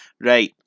right